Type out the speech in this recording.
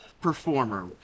performer